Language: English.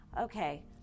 okay